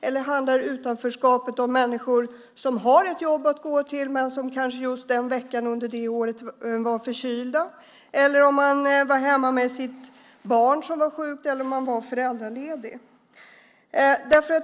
Eller handlar utanförskapet om människor som har ett jobb att gå till men som kanske just den aktuella veckan det aktuella året var förkylda, var hemma med sjukt barn eller var föräldralediga?